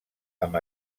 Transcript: amb